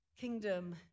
Kingdom